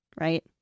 right